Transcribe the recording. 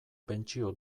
pentsio